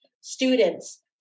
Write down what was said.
students